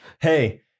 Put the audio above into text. Hey